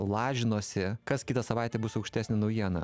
lažinosi kas kitą savaitę bus aukštesnė naujieną